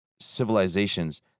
civilizations